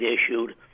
issued